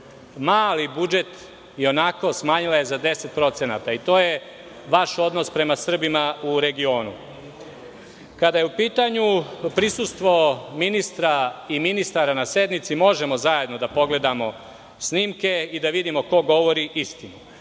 Mali budžet je i onako smanjila za 10%, i to je vaš odnos prema Srbima u regionu. Kada je u pitanju prisustvo ministra i ministara na sednici možemo zajedno da pogledamo snimke i da vidimo ko govori